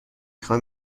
خوام